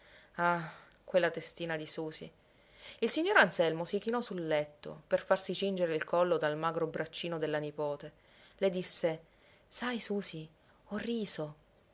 ah quella testina di susì il signor anselmo si chinò sul letto per farsi cingere il collo dal magro braccino della nipote le disse sai susì ho riso